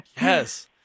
Yes